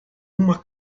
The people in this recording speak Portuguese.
uma